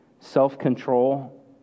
self-control